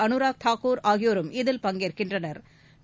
அனுராக் தாக்கூர் ஆகியோரும் இதில் பங்கேற்கின்றனா்